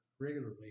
regularly